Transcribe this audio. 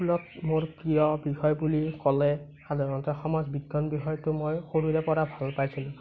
স্কুলত মোৰ প্ৰিয় বিষয় বুলি ক'লে সাধাৰণতে সমাজ বিজ্ঞান বিষয়টো মই সৰুৰে পৰা ভাল পাইছিলোঁ